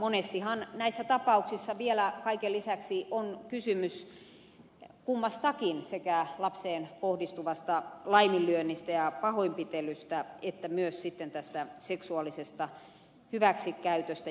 monestihan näissä tapauksissa vielä kaiken lisäksi on kysymys kummastakin sekä lapseen kohdistuvasta laiminlyönnistä ja pahoinpitelystä että myös seksuaalisesta hyväksikäytöstä